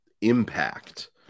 impact